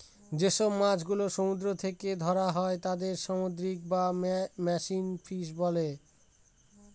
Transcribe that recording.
যেসব মাছ গুলো সমুদ্র থেকে ধরা হয় তাদের সামুদ্রিক বা মেরিন ফিশ বলে